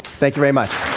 thank you very much.